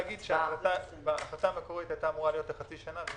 ההחלטה המקורית הייתה אמורה להיות לחצי שנה.